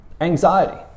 anxiety